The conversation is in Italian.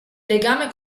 legame